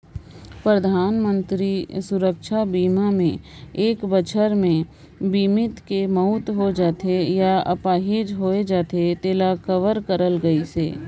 परधानमंतरी सुरक्छा बीमा मे एक बछर मे बीमित के मउत होय जाथे य आपाहिज होए जाथे तेला कवर करल गइसे